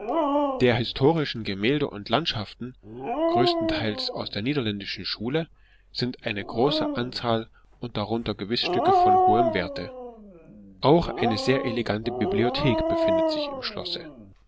der historischen gemälde und landschaften größtenteils aus der niederländischen schule sind eine große anzahl und darunter gewiß stücke von hohem werte auch eine sehr elegante bibliothek befindet sich im schlosse